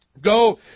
Go